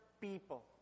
people